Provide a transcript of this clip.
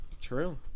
True